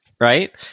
right